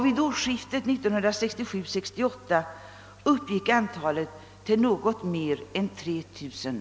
Vid årsskiftet 1967/68 uppgick antalet sådana tips till något mer än 3 000.